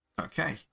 Okay